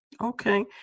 Okay